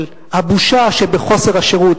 של הבושה שבחוסר השירות,